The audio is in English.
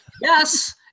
Yes